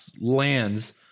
lands